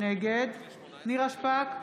נגד נירה שפק,